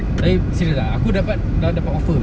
type silap lah aku dapat dah dapat offer